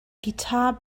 guitar